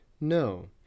No